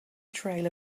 trail